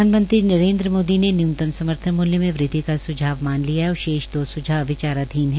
प्रधानमंत्री नरेन्द्र मोदी ने न्यूनतम समर्थन मुल्रू में वृदवि का सुझाव मान लिया है और शेष दो सुझाव विचाराधीन है